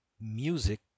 Music